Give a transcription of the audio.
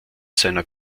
seiner